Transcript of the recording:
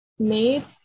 made